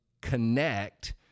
connect